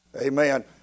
Amen